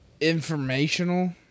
Informational